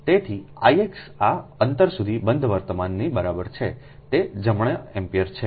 તેથી Ix આ અંતર સુધી બંધ વર્તમાનની છે તે જમણા એમ્પીયરમાં છે